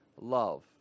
love